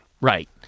Right